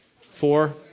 Four